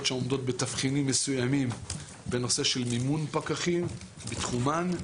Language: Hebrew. שעומדות בתבחינים מסוימים בנושא של מימון פקחים בתחומן.